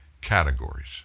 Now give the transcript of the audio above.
categories